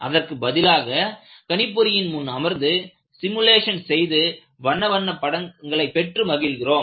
அதற்கு பதிலாக கணிப்பொறியின் முன் அமர்ந்து சிமுலேஷன் செய்து வண்ண படங்களை பெற்று மகிழ்கிறோம்